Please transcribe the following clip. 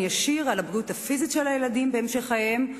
ישיר על הבריאות הפיזית של הילדים בהמשך חייהם,